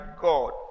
God